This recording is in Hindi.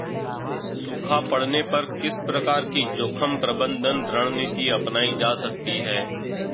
सूखा पड़ने पर किस प्रकार की जोखिम प्रबंधन रणनीति अपनाई जा सकती है?